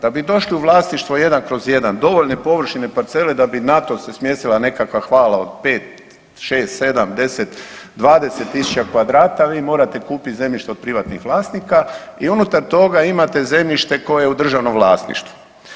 Da bi došli u vlasništvo 1/1 dovoljne površine parcele da bi na to se smjestila nekakva hala od 5, 6, 7, 10, 20.000 kvadrata vi morate kupiti zemljište od privatnih vlasnika i unutar toga imate zemljište koje je u državnom vlasništvu.